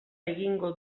egingo